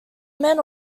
man